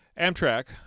Amtrak